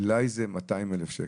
זה אולי 200 אלף שקל.